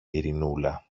ειρηνούλα